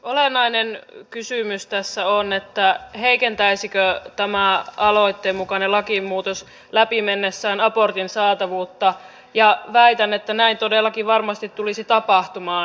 olennainen kysymys tässä on heikentäisikö tämä aloitteen mukainen lakimuutos läpi mennessään abortin saatavuutta ja väitän että näin todellakin varmasti tulisi tapahtumaan